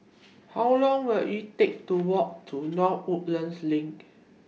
How Long Will IT Take to Walk to North Woodlands LINK